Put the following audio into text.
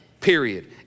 Period